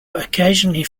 occasionally